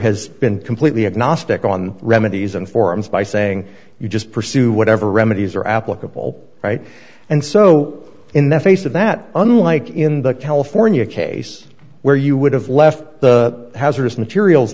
has been completely agnostic on remedies and forms by saying you just pursue whatever remedies are applicable right and so in the face of that unlike in the california case where you would have left the hazardous materials